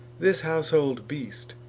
this household beast,